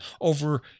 over